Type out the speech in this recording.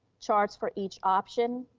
charts for each option,